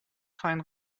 fein